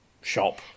shop